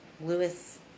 Lewis